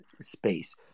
space